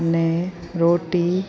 अने रोटी